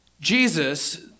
Jesus